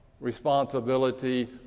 responsibility